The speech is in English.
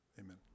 Amen